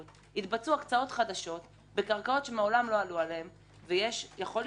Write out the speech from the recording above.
יתבצעו הקצאות חדשות בקרקעות שמעולם לא עלו עליהן ויכולה להיות היום